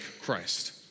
Christ